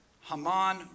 Haman